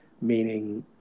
meaning